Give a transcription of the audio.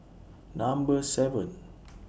Number seven